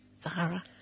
Sahara